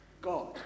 God